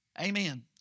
Amen